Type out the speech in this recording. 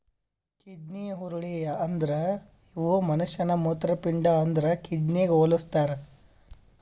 kidney ಹುರುಳಿ ಅಂದುರ್ ಇವು ಮನುಷ್ಯನ ಮೂತ್ರಪಿಂಡ ಅಂದುರ್ ಕಿಡ್ನಿಗ್ ಹೊಲುಸ್ತಾರ್